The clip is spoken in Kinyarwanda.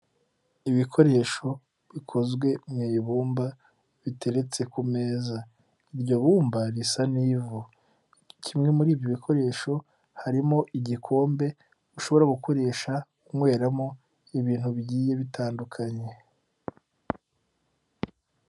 Ibikoresho bikozwe mu ibumba biteretse ku meza, iryo bumba risa n'ivu, kimwe muri ibyo bikoresho harimo igikombe ushobora gukoresha unyweramo ibintu bigiye bitandukanye.